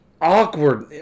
awkward